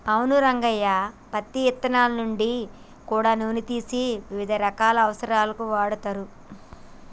అవును రంగయ్య పత్తి ఇత్తనాల నుంచి గూడా నూనె తీసి వివిధ రకాల అవసరాలకు వాడుతరు